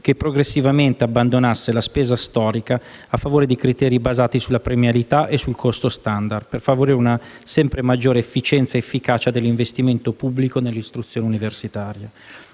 che «progressivamente abbandonasse la spesa storica a favore di criteri basati sulla premialità e sul costo *standard* per favorire una sempre maggiore efficienza ed efficacia dell'investimento pubblico nell'istruzione universitaria».